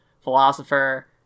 philosopher